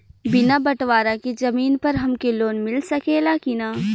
बिना बटवारा के जमीन पर हमके लोन मिल सकेला की ना?